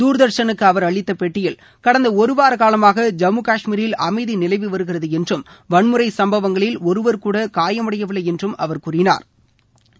தூர்தர்ஷனுக்கு அவர் அளித்த பேட்டியில் கடந்த ஒரு வாரகாலமாக ஜம்மு கஷ்மீரில் அமைதி நிலவி வருகிறது என்றும் வன்முறை சம்பவங்களில் ஒருவர்கூட காயமடையவில்லை என்று கூறினாா்